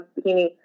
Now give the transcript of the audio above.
bikini